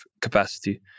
capacity